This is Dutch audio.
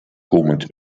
komend